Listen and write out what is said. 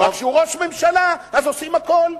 אבל כשהוא ראש ממשלה, עושים הכול.